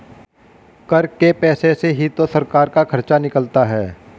कर के पैसे से ही तो सरकार का खर्चा निकलता है